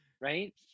Right